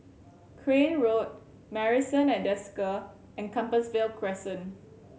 Crane Road Marrison at Desker and Compassvale Crescent